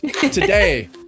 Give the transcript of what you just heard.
today